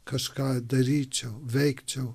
kažką daryčiau veikčiau